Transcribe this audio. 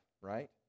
right